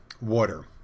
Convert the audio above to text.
water